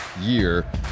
year